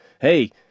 hey